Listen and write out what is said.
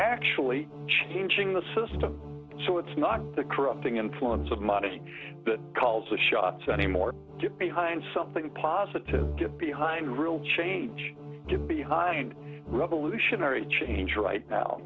actually changing the system so it's not the corrupting influence of money that calls the shots anymore behind something positive get behind real change get behind revolutionary change right